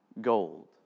gold